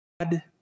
God